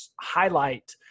highlight